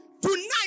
tonight